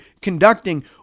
conducting